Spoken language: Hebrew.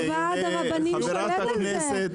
אבל ועד הרבנים שולט על זה,